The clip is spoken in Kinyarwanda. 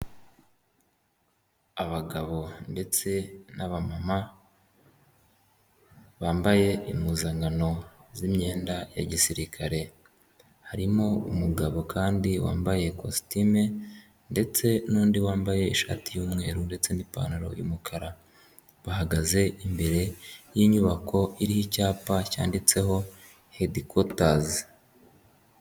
Abagabo ndetse na bamama bambaye impuzankano z'imyenda ya gisirikare. Harimo umugabo kandi wambaye ikositimu ndetse n'undi wambaye ishati y'umweru ndetse n'ipantaro y'umukara bahagaze imbere y'inyubako iriho icyapa cyanditseho hedikotazi.